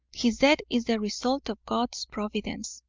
his death is the result of god's providence.